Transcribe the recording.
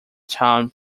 town